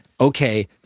okay